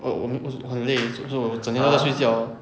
我我很累 so so 我整天在睡觉